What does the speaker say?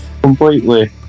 completely